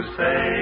say